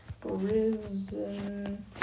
prison